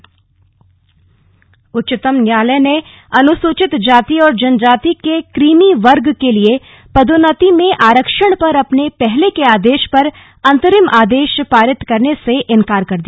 इंकार उच्चतम न्यायालय ने अनुसूचित जाति और जनजाति के क्रीमी वर्ग के लिए पदोन्नति में आरक्षण पर अपने पहले के आदेश पर अंतरिम आदेश पारित करने से इंकार कर दिया